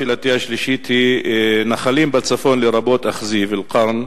שאלתי השלישית: נחלים בצפון, לרבות אכזיב, אל-קרן,